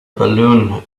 balloon